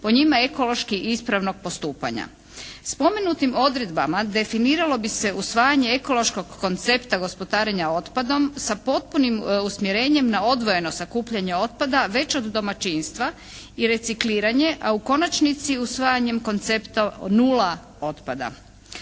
po njim ekološki ispravnog postupanja. Spomenutim odredbama definiralo bi se usvajanje ekološkog koncepta gospodarenja otpadom sa potpunim usmjerenjem na odvojeno sakupljanje otpada već od domaćinstva i recikliranje, a u konačnici usvajanjem koncepta nula otpada.